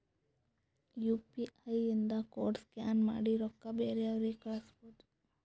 you P I ಇಂದ code scan ಮಾಡಿ ರೊಕ್ಕಾ ಬೇರೆಯವ್ರಿಗಿ ಕಳುಸ್ಬೋದ್